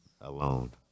alone